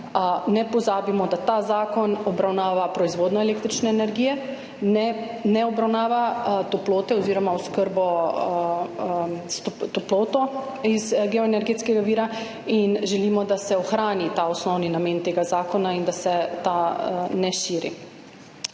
ne pozabimo, da ta zakon obravnava proizvodnjo električne energije, ne obravnava oskrbe s toploto iz geoenergetskega vira, in želimo, da se ohrani ta osnovni namen tega zakona in da se ne širi.